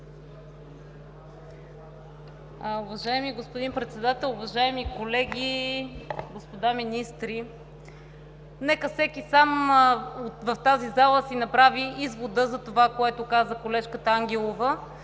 Уважаеми господин Председател, уважаеми колеги, господа министри! Нека всеки сам в тази зала си направи извода за това, което каза колежката Ангелова.